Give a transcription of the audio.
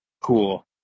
cool